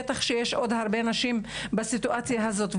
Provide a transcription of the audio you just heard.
ובטח יש עוד הרבה נשים בסיטואציה הזאת.